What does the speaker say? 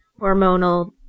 hormonal